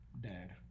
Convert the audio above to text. Dad